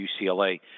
UCLA